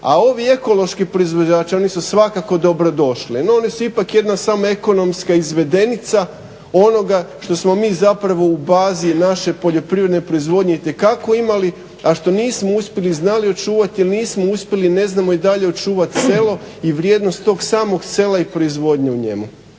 A ovi ekološki proizvođači oni su svakako dobrodošli. No oni su ipak jedna samo ekonomska izvedenica onoga što smo mi zapravo u fazi naše poljoprivredne proizvodnje itekako imali, a što nismo uspjeli i znali očuvati jer nismo uspjeli i ne znamo i dalje očuvati selo i vrijednost tog samog sela i proizvodnju u njemu.